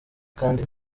kandi